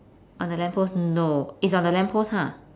on the lamp post no it's on the lamp post ha